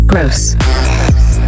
Gross